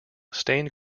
stained